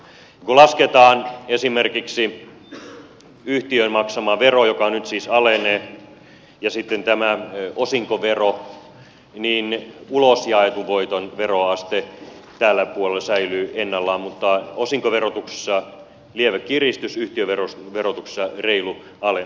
kun lasketaan esimerkiksi yhtiön maksama vero joka nyt siis alenee ja sitten tämä osinkovero niin ulosjaetun voiton veroaste tällä puolella säilyy ennallaan mutta osinkoverotuksessa on lievä kiristys yhtiöverotuksessa reilu alennus